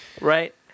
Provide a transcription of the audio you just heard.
right